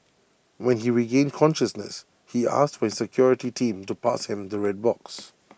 when he regained consciousness he asked for his security team to pass him the red box